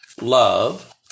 love